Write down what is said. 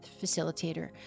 facilitator